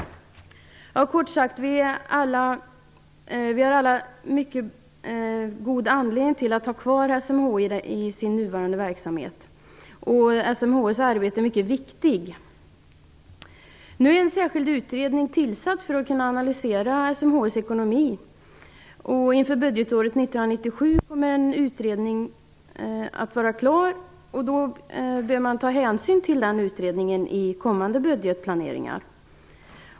Vi har kort sagt alla en mycket god anledning att ha kvar SMHI i nuvarande verksamhet. SMHI:s arbete är mycket viktigt. Nu är en särskild utredning tillsatt för att analysera SMHI:s ekonomi. Inför budgetåret 1997 kommer utredningen att vara klar, och då bör man ta hänsyn till den utredningen i kommande budgetplaneringar.